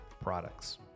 products